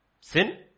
Sin